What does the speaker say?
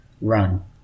Run